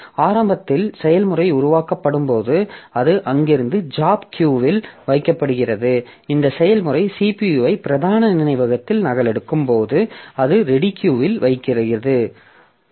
ஆரம்பத்தில் செயல்முறை உருவாக்கப்படும் போது அது அங்கிருந்து ஜாப் கியூ இல் வைக்கப்படுகிறது இந்த செயல்முறை CPU ஐ பிரதான நினைவகத்தில் நகலெடுக்கும் போது அது ரெடி கியூ இல் வருகிறது